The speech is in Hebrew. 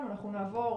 אבל גם אם הם לא מחויבים